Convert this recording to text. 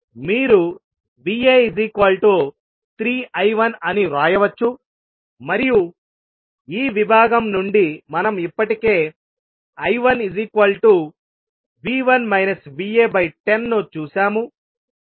మీరు Va3I1అని వ్రాయవచ్చు మరియు ఈ విభాగం నుండి మనం ఇప్పటికే I110 ను చూశాము